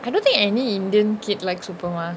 I don't think any indian kids like super மா:ma